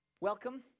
welcome